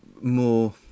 more